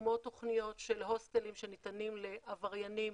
כמו תוכניות של הוסטלים שניתנים לעבריינים